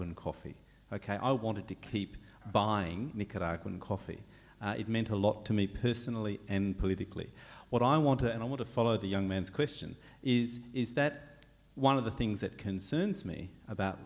one coffee ok i wanted to keep buying coffee it meant a lot to me personally and politically what i want to and i want to follow the young man's question is is that one of the things that concerns me about